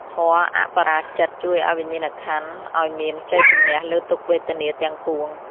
ធម៌ "អបរាជិត" ជួយឱ្យវិញ្ញាណក្ខន្ធឲ្យមានជ័យជម្នះលើទុក្ខវេទនាទាំងពួង។